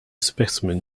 specimen